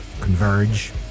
Converge